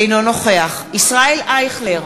אינו נוכח ישראל אייכלר,